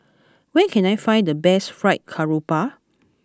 where can I find the best Fried Garoupa